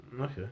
Okay